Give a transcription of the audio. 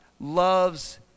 loves